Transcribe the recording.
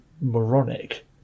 moronic